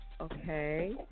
Okay